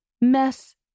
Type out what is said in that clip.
mess